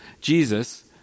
Jesus